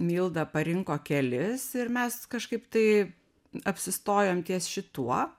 milda parinko kelis ir mes kažkaip tai apsistojom ties šituo